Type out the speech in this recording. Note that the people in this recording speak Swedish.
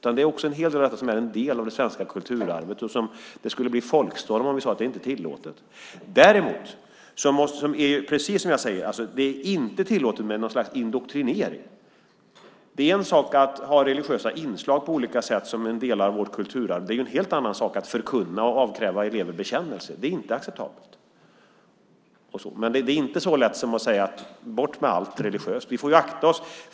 En hel del av detta är också en del av det svenska kulturarvet, och det skulle bli folkstorm om vi sade att det inte är tillåtet. Däremot ska det inte vara tillåtet, precis som jag har sagt, med något slags indoktrinering. Det är en sak att ha religiösa inslag på olika sätt som en del av vårt kulturarv, men det är en helt annan sak att förkunna och avkräva elever bekännelser. Det är inte acceptabelt. Men det är inte så lätt som att säga att allt religiöst ska bort.